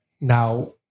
now